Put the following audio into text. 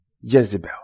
Jezebel